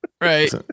right